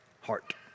heart